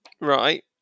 Right